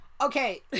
Okay